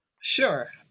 Sure